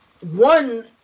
one